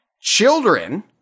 Children